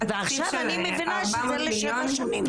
ועכשיו אני מבינה שזה לשבע שנים.